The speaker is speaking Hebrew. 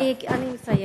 אני מסיימת.